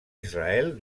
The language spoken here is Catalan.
israel